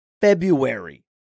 February